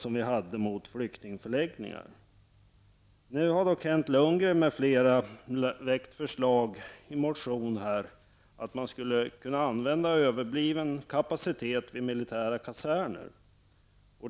Nu har Kent Lundgren m.fl. väckt en motion om att man skulle kunna utnyttja överbliven kapacitet i militära kaserner.